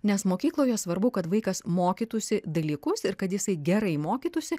nes mokykloje svarbu kad vaikas mokytųsi dalykus ir kad jisai gerai mokytųsi